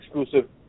exclusive